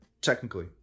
technically